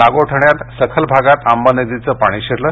नागोठण्यात सखल भागात आंबा नदीचं पाणी शिरलं